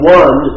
one